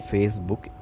Facebook